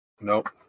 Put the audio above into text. Nope